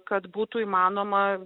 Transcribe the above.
kad būtų įmanoma